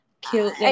cute